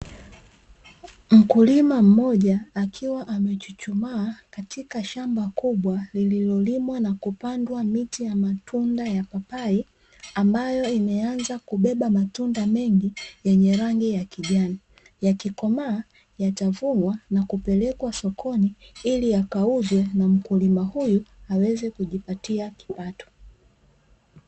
Mkulima mmoja akiwa amechuchumaa katika shamba kubwa, lililolimwa na kupandwa miti ya matunda ya papai, ambayo imeanza kubeba matunda mengi yenye rangi ya kijani. Yakikomaa yatavunwa na kupelekwa sokoni ili yakauzwe na mkulima huyu aweze kujipatia kipato.